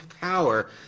power